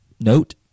Note